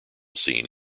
scene